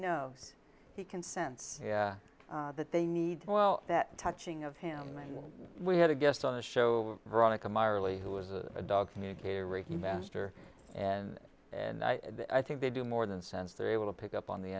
knows he can sense that they need well that touching of him we had a guest on the show veronica marley who was a dog communicator reiki master and and i think they do more than sense they're able to pick up on the